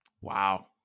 Wow